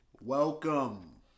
Welcome